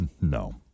No